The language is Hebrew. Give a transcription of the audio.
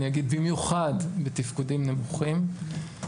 במיוחד בתפקודים נמוכים,